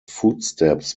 footsteps